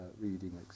reading